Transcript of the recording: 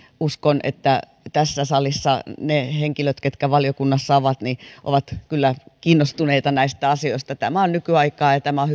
uskon että tässä salissa ne henkilöt ketkä valiokunnassa ovat ovat kyllä kiinnostuneita näistä asioista tämä on nykyaikaa ja on